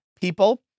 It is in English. people